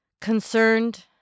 Concerned